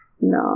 no